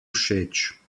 všeč